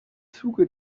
zuge